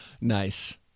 Nice